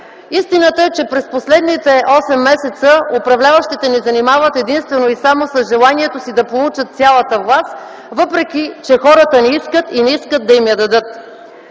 Истината е, че през последните 8 месеца управляващите ни занимават единствено и само с желанието си да получат цялата власт, въпреки че хората не искат и не искат да им я дадат.